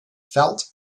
felt